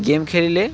game ଖେଳିଲେ